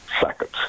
seconds